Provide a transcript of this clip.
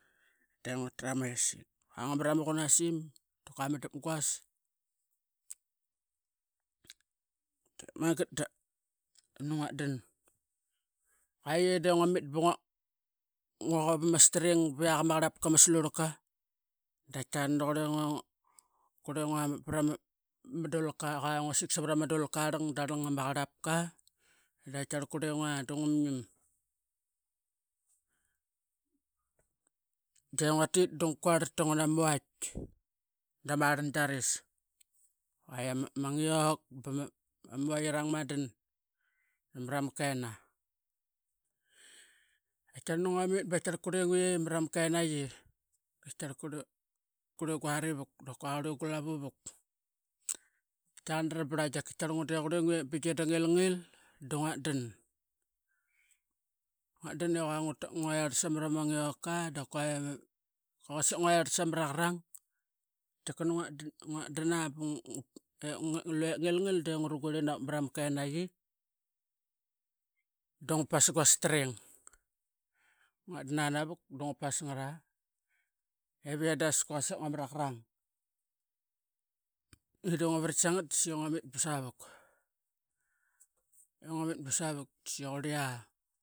Dungua trana messing quangua mat ama qunasim dap quai ama dapguas. Dep mangat danani nguatan quayi denguamit bungua quap ama string biak ama qaropka ama slurka. Daqitaqar nani qurengua varama dulkarang iqua ngua sik savarama dulkarang dalang ama qaropkadaqaitiqua qurengua dangumniam de nguatit dungua quar tangana maviet dama rangaris quai ama ngiok bama. Vuit irang madan namarama kenna. Kaitaqar nani ngua mit baqutequai marama kenayi kuri guari vvuk dap qua quri gulavu vuk dap ngua dan nguayarat sama ngiok dap qua quasik ngua iratrat samaraqarong kaitika nani ngua dana evip ngilngil de ngua dan inavuk marama kenyi dunga pas gua string. Ngua dau anavuk dungua pas ngat iv iyie de quasik nguamat aqarong iv iyie de ngua vrit sangat da saqi ngua mit savuk ngua mit ba savuk saqi qureraqura.